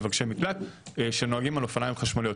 מבקשי מקלט שנוהגים על אופניים חשמליים.